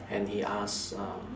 and he ask um